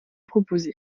proposés